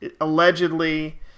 allegedly